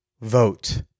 vote